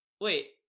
wait